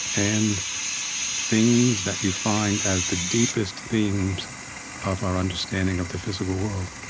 and things that you find as the deepest themes of our understanding of the physical world